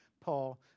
Paul